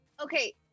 Okay